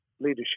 leadership